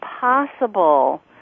possible